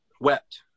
wept